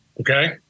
Okay